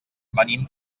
venim